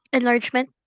Enlargement